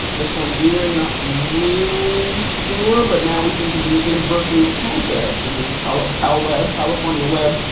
this one here, i'm not really sure. but now we seem to be in berkeley's campus and calweb calweb california web,